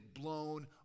blown